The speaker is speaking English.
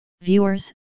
viewers